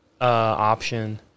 option